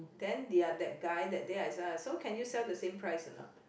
then their that guy that day as well so can you sell the same price or not